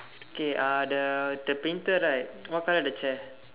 okay uh the the painter right what colour is the chair